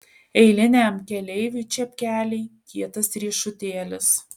eiliniam keleiviui čepkeliai kietas riešutėlis